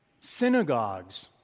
Synagogues